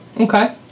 Okay